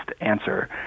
answer